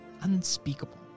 unspeakable